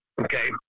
Okay